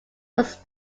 was